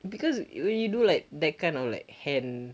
because when you do like that kind of like hand